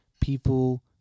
people